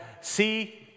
See